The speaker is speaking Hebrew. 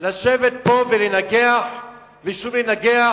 לשבת פה ולנגח ושוב לנגח?